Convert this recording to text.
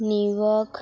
New York